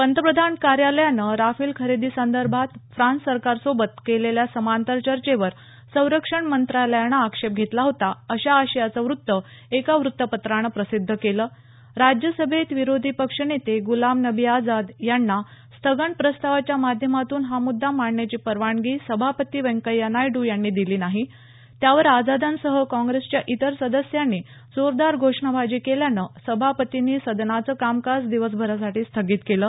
पंतप्रधान कार्यालयानं राफेल खरेदीसंदर्भात फ्रान्स सरकारसोबत केलेल्या समांतर चर्चेवर संरक्षण मंत्रालयानं आक्षेप घेतला होता अशा आशयाचं वृत्त एका वृत्तपत्रानं प्रसिद्ध केलं राज्यसभेत विरोधी पक्षनेते गुलाम नबी आझाद यांना स्थगन प्रस्तावाच्या माध्यमातून हा मुद्दा मांडण्याची परवानगी सभापती व्यंकय्या नायडू यांनी दिली नाही त्यावर आझादांसह काँप्रेसच्या इतर सदस्यांनी जोरदार घोषणाबाजी केल्यानं सभापतींनी सदनाचं कामकाज दिवसभरासाठी स्थगित केलं